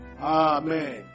Amen